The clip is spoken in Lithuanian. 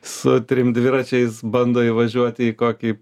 su trim dviračiais bando įvažiuoti į kokį